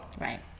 Right